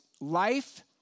Life